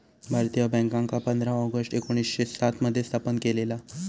भारतीय बॅन्कांका पंधरा ऑगस्ट एकोणीसशे सात मध्ये स्थापन केलेला